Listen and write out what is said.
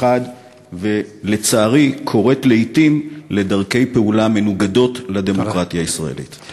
ולצערי קוראת לעתים לדרכי פעולה מנוגדות לדמוקרטיה הישראלית.